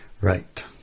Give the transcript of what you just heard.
Right